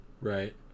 Right